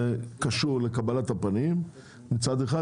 זה קשור לקבלת הפנים מצד אחד,